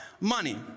money